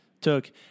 took